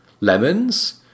Lemons